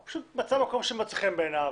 הוא פשוט מצא מקום שמצא חן בעיניו,